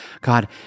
God